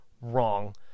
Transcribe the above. Wrong